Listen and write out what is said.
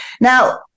Now